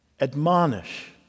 admonish